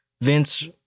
Vince